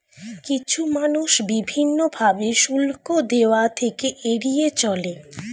কিছু মানুষ বিভিন্ন ভাবে শুল্ক দেওয়া থেকে এড়িয়ে চলে